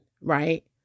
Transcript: right